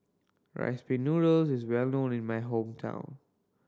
Rice Pin Noodles is well known in my hometown